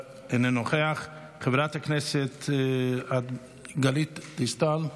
אינו נוכח, חברת הכנסת גלית דיסטל,